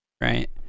right